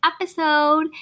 episode